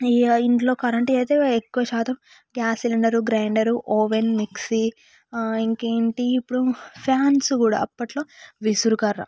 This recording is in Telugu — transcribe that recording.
ఈ ఇంట్లో ఇంట్లో కరెంట్ అయితే ఎక్కువ శాతం gas cylinder grinder oven mixie ఇంకేంటి ఇప్పుడు ఫ్యాన్స్ కూడా అప్పట్లో విసన కర్ర